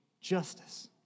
justice